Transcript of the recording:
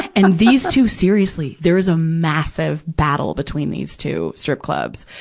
and these two, seriously, there is a massive battle between these two strip clubs.